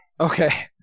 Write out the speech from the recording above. Okay